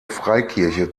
freikirche